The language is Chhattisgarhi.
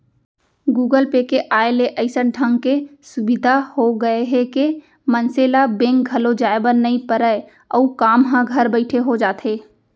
गुगल पे के आय ले अइसन ढंग के सुभीता हो गए हे के मनसे ल बेंक घलौ जाए बर नइ परय अउ काम ह घर बइठे हो जाथे